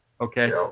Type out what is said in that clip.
Okay